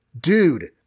Dude